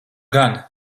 gan